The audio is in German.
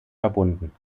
verbunden